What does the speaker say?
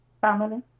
family